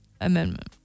Amendment